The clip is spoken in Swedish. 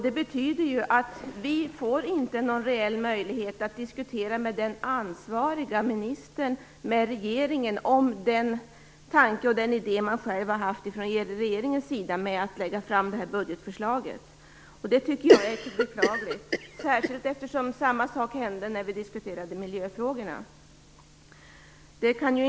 Det betyder att vi inte får någon reell möjlighet att diskutera med den ansvariga ministern, med regeringen, om de tankar och idéer regeringen har haft kring budgetförslaget. Det tycker jag beklagligt, särskilt eftersom samma sak hände när vi diskuterade miljöfrågorna.